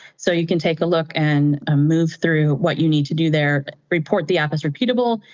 so you can take a look and ah move through what you need to do there, report the app as repeatable,